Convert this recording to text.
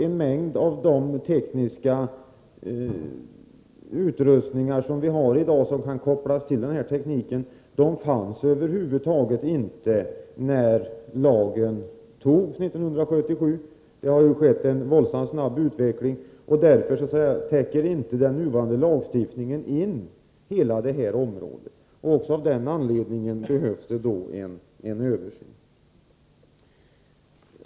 En mängd av de tekniska utrustningar som nu finns och som kan kopplas samman med de system som används vid TV-övervakning fanns över huvud taget inte när lagen antogs 1977. Det har skett en våldsamt snabb utveckling, och den nuvarande lagstiftningen täcker därför inte hela detta område. Också av den anledningen behövs det en översyn.